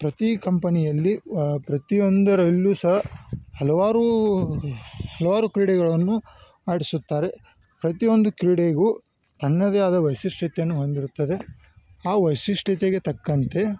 ಪ್ರತೀ ಕಂಪನಿಯಲ್ಲಿ ಪ್ರತಿಯೊಂದರಲ್ಲು ಸಹ ಹಲವಾರು ಹಲವಾರು ಕ್ರೀಡೆಗಳನ್ನು ಆಡಿಸುತ್ತಾರೆ ಪ್ರತಿಯೊಂದು ಕ್ರೀಡೆಗು ತನ್ನದೇ ಆದ ವೈಶಿಷ್ಟ್ಯತೆಯನ್ನು ಹೊಂದಿರುತ್ತದೆ ಆ ವೈಶಿಷ್ಟ್ಯತೆಗೆ ತಕ್ಕಂತೆ